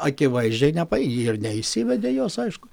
akivaizdžiai nepa ir neįsivedė jos aišku